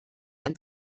ein